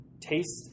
taste